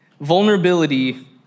Vulnerability